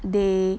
they